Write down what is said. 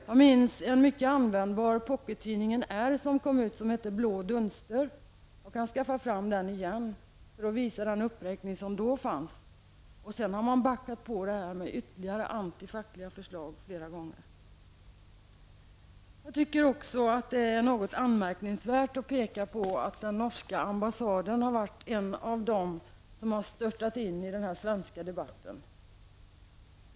Jag minns ett nummer av Pockettidningen R som hette Blå dunster. Jag kan skaffa fram den igen för att visa den uppräkning som fanns där. Sedan har man backat på detta med ytterligare antifackliga förslag flera gånger. Jag tycker även att det är något anmärkningsvärt att peka på att den norska ambassaden har varit en av dem som har störtat in i denna svenska debatt.